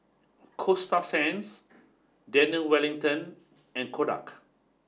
Coasta Sands Daniel Wellington and Kodak